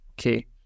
Okay